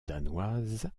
danoise